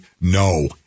No